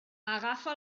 agafa